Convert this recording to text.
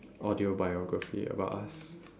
audio biography about us